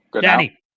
Danny